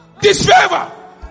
Disfavor